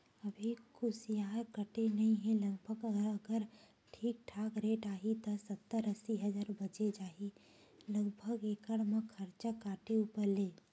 अभी कुसियार कटे नइ हे लगभग अगर ठीक ठाक रेट आही त सत्तर अस्सी हजार बचें जाही लगभग एकड़ म खरचा काटे ऊपर ले